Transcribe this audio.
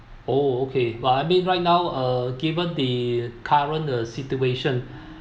oh okay but I mean right now uh given the current uh situation